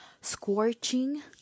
scorching